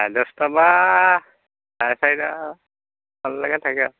চাৰে দহটা বা চাৰে চাৰিটালৈকে থাকে আৰু